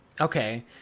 Okay